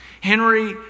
Henry